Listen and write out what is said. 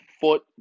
foot